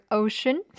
ocean